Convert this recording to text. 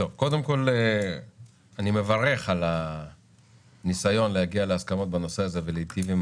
קודם כל אני מברך על הניסיון להגיע להסכמות בנושא הזה ולהיטיב עם